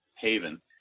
Haven